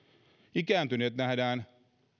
ikääntyneet nähdään